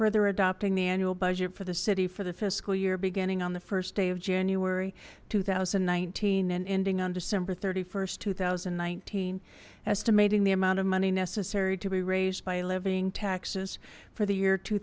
further adopting the annual budget for the city for the fiscal year beginning on the first day of january two thousand and nineteen and ending on december st two thousand and nineteen estimating the amount of money necessary to be raised by levying taxes for the year two